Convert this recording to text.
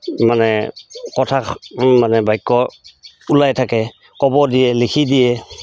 মানে কথা মানে বাক্য ওলাই থাকে ক'ব দিয়ে লিখি দিয়ে